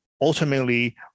ultimately